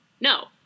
no